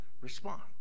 respond